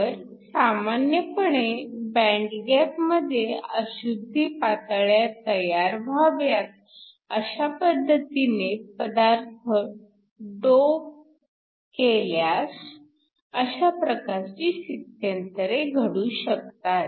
तर सामान्यपणे band gap मध्ये अशुद्धी पातळ्या तयार व्हाव्यात अशा पद्धतीने पदार्थ डोप केल्यास अशा प्रकारची स्थित्यंतरे घडू शकतात